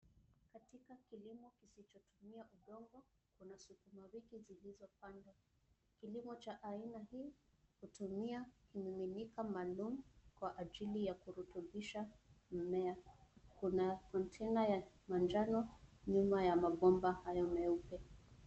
Katika kilimo kisichotumia udongo kuna sukuma wiki zilizopandwa. Kilimo ya aina hii hutumia kimiminika maalum kwa ajili ya kurutubisha mimea. Kuna container ya njano nyuma ya mabomba hayo meupe.